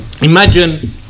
imagine